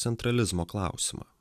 centralizmo klausimą